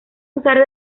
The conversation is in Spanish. usar